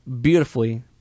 beautifully